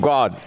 God